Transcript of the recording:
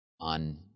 on